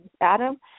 Adam